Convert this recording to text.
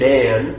Dan